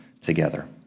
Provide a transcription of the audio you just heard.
together